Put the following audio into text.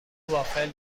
وافل